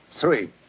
Three